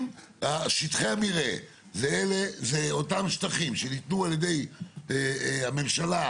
לימור סון הר מלך (עוצמה יהודית): פולש לשטחי C. אם שטחי המרעה זה אותם שטחים שניתנו על ידי הממשלה,